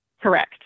Correct